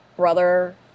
brother